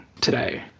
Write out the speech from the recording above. today